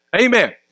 Amen